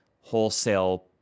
wholesale